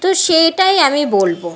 তো সেটাই আমি বলব